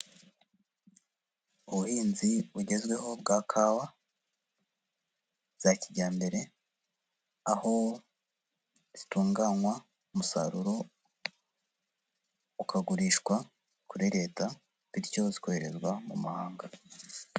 Ubuhinzi bugezweho bwa kawa za kijyambere, aho zitunganywa umusaruro ukagurishwa kuri Leta, bityo zikoherezwa mu mahanga.